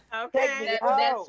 Okay